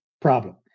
problem